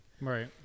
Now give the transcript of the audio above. right